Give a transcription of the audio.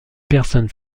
personnes